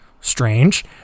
Strange